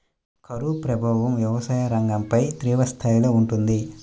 కరువు ప్రభావం వ్యవసాయ రంగంపై తీవ్రస్థాయిలో ఉంటుంది